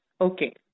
Okay